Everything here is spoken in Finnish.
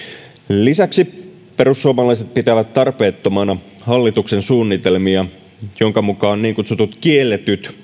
lisäksi perussuomalaiset pitävät tarpeettomana hallituksen suunnitelmia joiden mukaan niin kutsutut kielletyt